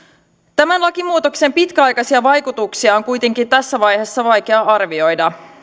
tämän lakimuutoksen pitkäaikaisia vaikutuksia on kuitenkin tässä vaiheessa vaikea arvioida